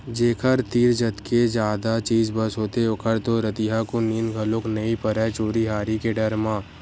जेखर तीर जतके जादा चीज बस होथे ओखर तो रतिहाकुन नींद घलोक नइ परय चोरी हारी के डर म